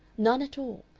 none at all.